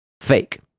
fake